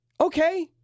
okay